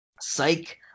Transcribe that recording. Psych